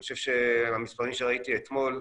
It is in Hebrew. אני חושב שהמספרים שראיתי אתמול,